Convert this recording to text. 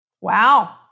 Wow